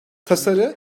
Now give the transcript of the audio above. tasarı